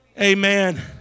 Amen